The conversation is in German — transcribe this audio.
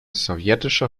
sowjetischer